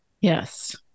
Yes